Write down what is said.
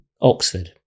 Oxford